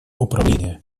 управления